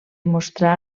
mostrà